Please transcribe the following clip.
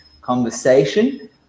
conversation